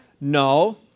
no